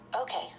Okay